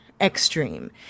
extreme